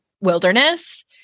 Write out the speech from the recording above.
wilderness